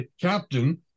captain